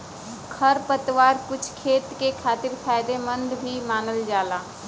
खरपतवार कुछ खेत के खातिर फायदेमंद भी मानल जाला